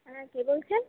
হ্যাঁ কে বলছেন